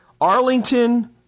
Arlington